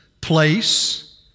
place